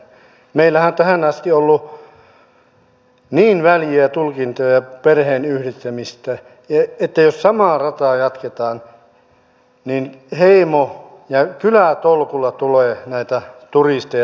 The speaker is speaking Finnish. meillähän on tähän asti ollut niin väljiä tulkintoja perheenyhdistämisestä että jos samaa rataa jatketaan niin heimo ja kylätolkulla tulee näitä turisteja tänne lisää